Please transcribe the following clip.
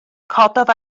cododd